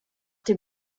dem